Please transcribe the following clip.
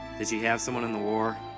she have someone in the war?